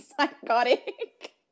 psychotic